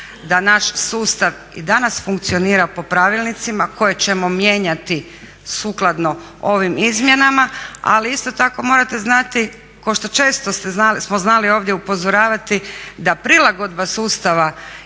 da naš sustav i danas funkcionira po pravilnicima koje ćemo mijenjati sukladno ovim izmjenama, ali isto tako morate znati kao što često smo znali ovdje upozoravati da prilagodba sustava